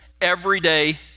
everyday